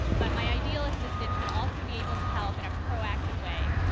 but my ideal assistant should also be able to help in a proactive way.